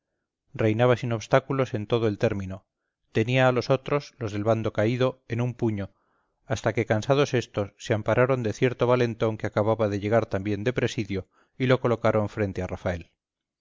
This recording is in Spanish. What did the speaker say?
reinaba sin obstáculos en todo el término tenía a los otros los del bando caído en un puño hasta que cansados éstos se ampararon de cierto valentón que acababa de llegar también de presidio y lo colocaron frente a rafael